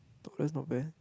oh that's not bad